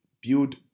build